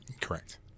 Correct